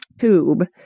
tube